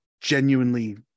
genuinely